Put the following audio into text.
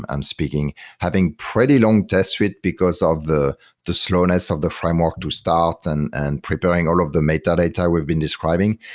i'm speaking having pretty long test suite because of the the slowness of the framework to start and and preparing all of the metadata we've been describing.